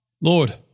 Lord